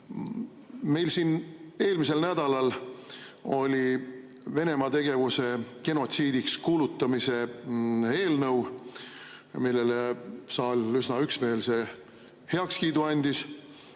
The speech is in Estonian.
oli siin eelmisel nädalal Venemaa tegevuse genotsiidiks kuulutamise eelnõu, millele saal üsna üksmeelse heakskiidu andis.